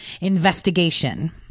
investigation